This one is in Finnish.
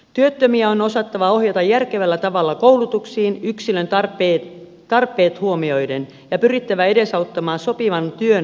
työttömiä on osattava ohjata järkevällä tavalla koulutuksiin yksilön tarpeet huomioiden ja pyrittävä edesauttamaan sopivan työn löytymistä